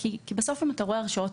אם אתה רואה הרשעות